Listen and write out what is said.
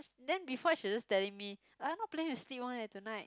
then before that she was just telling me ah not planning to sleep one eh tonight